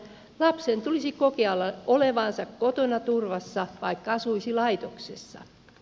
lapsen tulisi kokea olevansa kotona turvassa vaikka asuisi laitoksessa